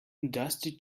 dusty